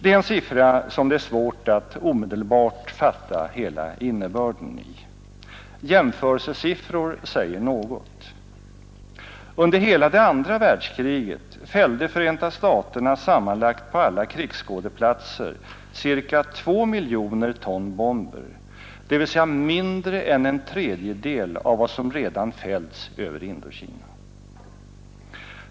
Det är en siffra som det är svårt att omedelbart fatta hela innebörden i. Jämförelsesiffror säger något: Under hela det andra världskriget fällde Förenta staterna sammanlagt på alla krigsskådeplatser ca 2 miljoner ton bomber, dvs. mindre än en tredjedel av vad som redan fällts över Indokina.